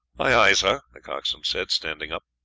aye, aye, sir! the coxswain said, standing up.